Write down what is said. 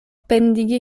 pendigi